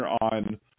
on